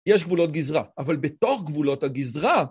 יש גבולות גזרה, אבל בתוך גבולות הגזרה...